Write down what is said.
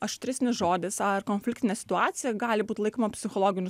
aštresnis žodis ar konfliktinė situacija gali būt laikoma psichologiniu